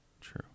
True